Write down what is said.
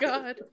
God